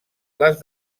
les